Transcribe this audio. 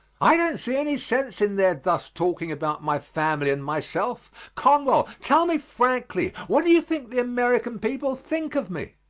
i don't see any sense in their thus talking about my family and myself. conwell, tell me frankly, what do you think the american people think of me?